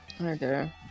Okay